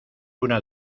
una